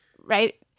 right